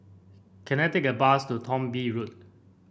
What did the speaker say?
can I take a bus to Thong Bee Road